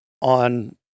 on